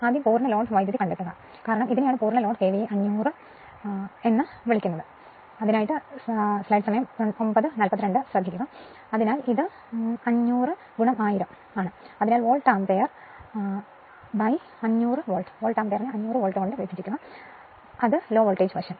ആദ്യം പൂർണ്ണ load current കണ്ടെത്തുക കാരണം ഇതിനെയാണ് പൂർണ്ണ ലോഡ് KVA 500 KVA എന്ന് വിളിക്കുന്നത് അതിനാൽ ഇത് 500 1000 ആണ് അതിനാൽ വോൾട്ട് ആമ്പിയർ വിഭജിച്ച് 500 വോൾട്ട് ലോ വോൾട്ടേജ് വശം